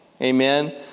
Amen